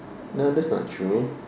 no that's not true